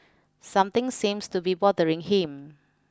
something seems to be bothering him